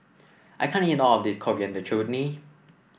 I can't eat all of this Coriander Chutney